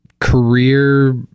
career